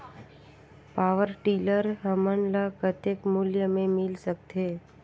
Power tiller हमन ल कतेक मूल्य मे मिल सकथे?